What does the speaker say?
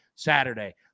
Saturday